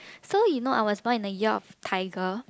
so you know I was born in the year of tiger